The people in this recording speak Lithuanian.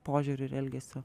požiūriu ir elgesiu